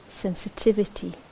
Sensitivity